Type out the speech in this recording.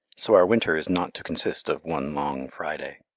so our winter is not to consist of one long friday.